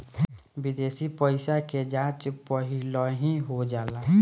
विदेशी पइसा के जाँच पहिलही हो जाला